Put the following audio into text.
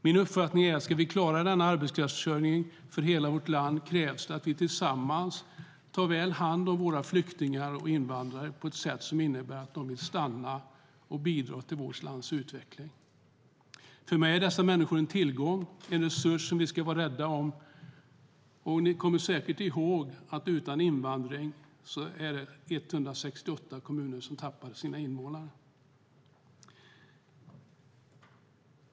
Min uppfattning är att ska vi klara denna arbetskraftsförsörjning för hela vårt land krävs det att vi tillsammans tar väl hand om våra flyktingar och invandrare på ett sätt som innebär att de vill stanna och bidra till vårt lands utveckling. För mig är dessa människor en tillgång, en resurs som vi ska vara rädda om. Ni kommer säkert ihåg att utan invandring är det 168 kommuner som tappar invånare.